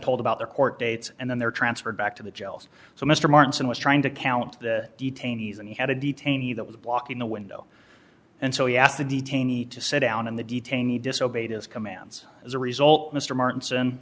told about their court dates and then they were transferred back to the jails so mr martin was trying to count the detainees and he had a detainee that was blocking the window and so he asked the detainee to sit down in the detainee disobeyed his commands as a result mr martin